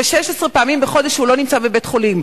16 פעמים בחודש שהוא לא נמצא בבית-חולים.